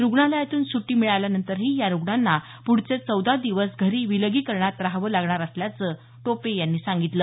रुग्णालयातून सुटी मिळाल्यानंतरही या रुग्णांना पुढचे चौदा दिवस घरी विलगीकरणात राहावं लागणार असल्याचं टोपे यांनी सांगितलं